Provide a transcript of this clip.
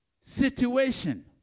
situation